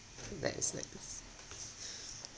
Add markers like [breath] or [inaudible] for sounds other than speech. nice nice [breath]